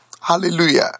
Hallelujah